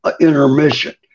intermission